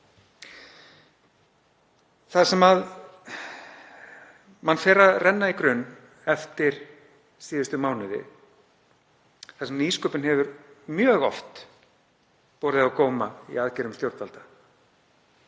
Það sem mann fer að renna í grun eftir síðustu mánuði, þar sem nýsköpun hefur mjög oft borið á góma í aðgerðum stjórnvalda